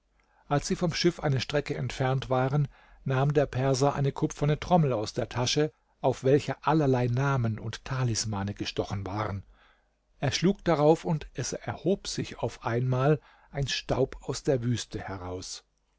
als sie vom schiff eine strecke entfernt waren nahm der perser eine kupferne trommel aus der tasche auf welcher allerlei namen und talismane gestochen waren er schlug darauf und es erhob sich auf einmal ein staub aus der wüste heraus